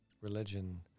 religion